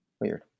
weird